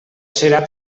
serà